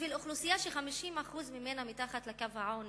בשביל אוכלוסייה ש-50% ממנה מתחת לקו העוני,